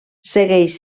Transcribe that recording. segueix